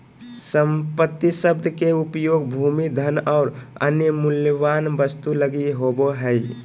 संपत्ति शब्द के उपयोग भूमि, धन और अन्य मूल्यवान वस्तु लगी होवे हइ